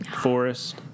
forest